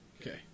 Okay